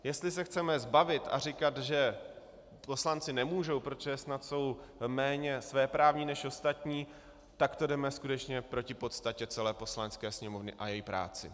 Jestli se chceme zbavit a říkat, že poslanci nemůžou, protože snad jsou méně svéprávní než ostatní, tak to jdeme skutečně proti podstatě celé Poslanecké sněmovny a její práci.